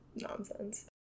nonsense